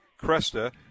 Cresta